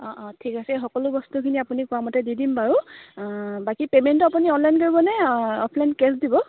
অঁ অঁ ঠিক আছে এই সকলো বস্তুখিনি আপুনি কোৱামতে দি দিম বাৰু বাকী পে'মেন্টটো আপুনি অনলাইন কৰিব নে অফলাইন কেছ দিব